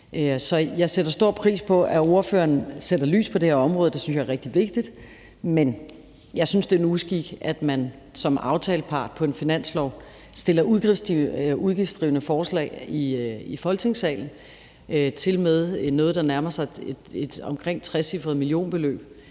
jeg sætter stor pris på, at ordføreren sætter fokus på det her område – det synes jeg er rigtig vigtigt – men jeg synes, det er en uskik, at man som aftalepart på en finanslov stiller udgiftsdrivende forslag i Folketingssalen, tilmed forslag, der nærmer sig et trecifret millionbeløb,